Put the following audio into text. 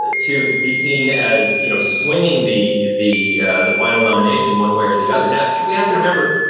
ah to be seen as, you know, swinging the the the final nomination one way or the other. now, we have to remember,